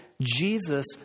Jesus